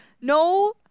no